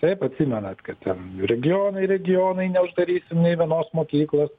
taip atsimenat kad ten regionai regionai neuždarysim nei vienos mokyklos